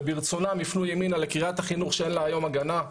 וברצונם יפנו ימינה לקריית החינוך שאין לה היום הגנה,